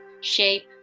shape